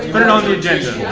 put it on the agenda